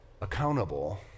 accountable